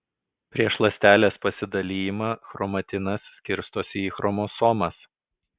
prieš ląstelės pasidalijimą chromatinas skirstosi į chromosomas